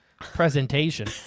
presentation